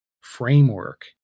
framework